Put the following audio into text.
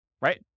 Right